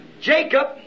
Jacob